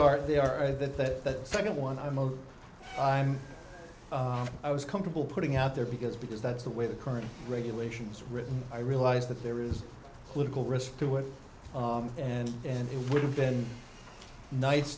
where they are they are that second one i'm ok i'm i was comfortable putting out there because because that's the way the current regulations written i realize that there is political risk to it and and it would've been nice